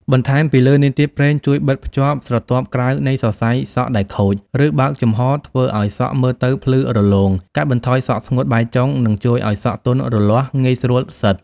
បន្ថែមពីលើនេះទៀត ប្រេងជួយបិទភ្ជាប់ស្រទាប់ក្រៅនៃសរសៃសក់ដែលខូច ឬបើកចំហ ធ្វើឲ្យសក់មើលទៅភ្លឺរលោង កាត់បន្ថយសក់ស្ងួត បែកចុង និងជួយឲ្យសក់ទន់រលាស់ ងាយស្រួលសិត។